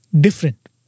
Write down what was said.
different